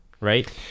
Right